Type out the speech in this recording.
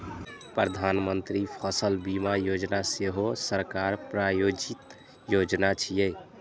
प्रधानमंत्री फसल बीमा योजना सेहो सरकार प्रायोजित योजना छियै